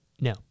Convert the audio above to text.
No